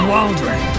Waldron